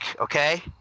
okay